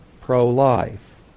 pro-life